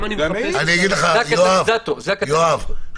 יואב,